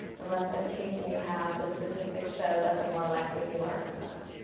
the less education you have, the statistics show that the more likely you are to smoke.